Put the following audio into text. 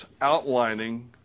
outlining